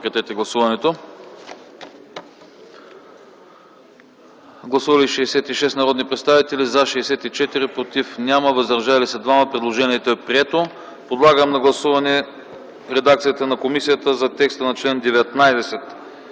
с абревиатура ДАНС. Гласували 66 народни представители: за 64, против няма, въздържали се 2. Предложението е прието. Подлагам на гласуване редакцията на комисията за текста на чл. 19